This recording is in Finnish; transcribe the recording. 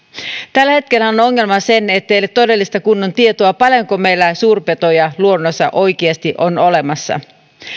tällä hetkellä on ongelma se ettei ole todellista kunnon tietoa siitä paljonko meillä suurpetoja luonnossa oikeasti on olemassa